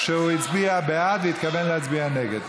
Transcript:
שהוא הצביע בעד אבל התכוון להצביע נגד.